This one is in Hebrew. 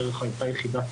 דרך היחידה,